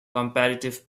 comparative